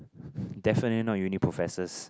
definitely not uni professors